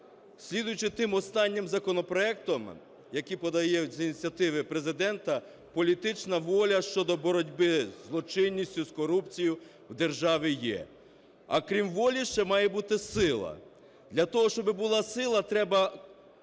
Слідуючи тим останнім законопроектам, які подають з ініціативи Президента, політична воля щодо боротьби із злочинністю, з корупцією у державі є. А, крім волі, ще має бути сила. Для того, щоб була сила, треба